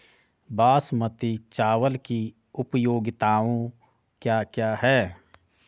बासमती चावल की उपयोगिताओं क्या क्या हैं?